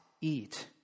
eat